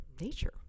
nature